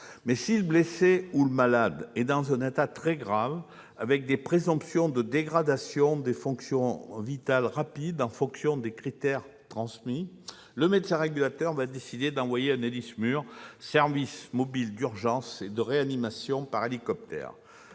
Si le blessé ou le malade est dans un état très grave, avec des présomptions de dégradation des fonctions vitales rapide, en fonction des critères transmis, le médecin régulateur décidera d'envoyer un Héli-SMUR, service mobile d'urgence et de réanimation par hélicoptère.